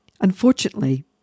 unfortunately